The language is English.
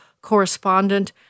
correspondent